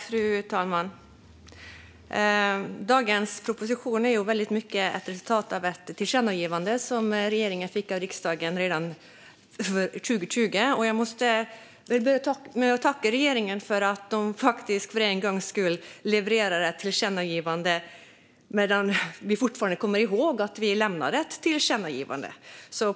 Fru talman! Dagens proposition är väldigt mycket ett resultat av ett tillkännagivande som regeringen fick av riksdagen redan 2020. Jag vill börja med att tacka regeringen för att man faktiskt för en gångs skull levererar utifrån ett tillkännagivande medan vi fortfarande kommer ihåg att vi har lämnat ett tillkännagivande.